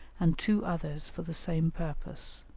and two others for the same purpose.